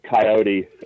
coyote